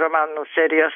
romanų serijos